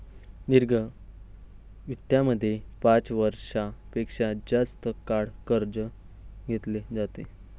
दीर्घ वित्तामध्ये पाच वर्षां पेक्षा जास्त काळ कर्ज घेतले जाते